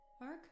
Mark